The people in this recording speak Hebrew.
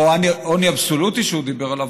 אותו עוני אבסולוטי שהוא דיבר עליו,